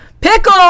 pickle